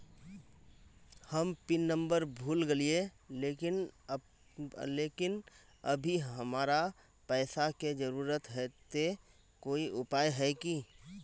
हम pin number भूल गेलिये लेकिन अभी हमरा पैसा के जरुरत है ते कोई उपाय है की?